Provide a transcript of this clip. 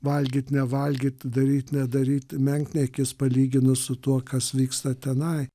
valgyt nevalgyt daryt nedaryt menkniekis palyginus su tuo kas vyksta tenai